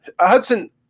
Hudson